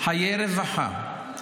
האם במדינה החפצה חיי רווחה לאזרחיה,